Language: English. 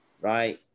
right